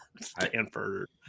Stanford